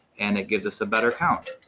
and it gives us a better count.